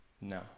No